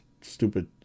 stupid